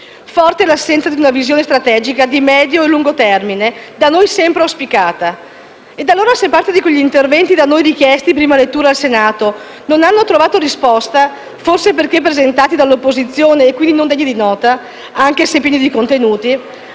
forte l'assenza di una visione strategica di medio e lungo termine, da noi sempre auspicata. Ed allora se parte di quegli interventi da noi richiesti in prima lettura al Senato non hanno trovato risposta, forse perché presentati dall'opposizione e quindi non degni di nota, anche se pieni di contenuti,